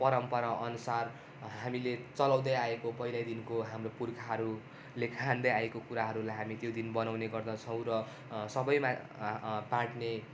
परम्पराअनुसार हामीले चलाउँदै आएको पहिल्यैदेखिको हाम्रो पुर्खाहरूले खाँदै आएको कुराहरूलाई हामी त्यो दिन बनाउने गर्दछौँ र सबैमा पाडने